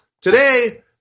today